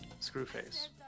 Screwface